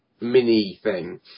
mini-thing